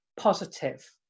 positive